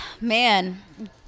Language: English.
Man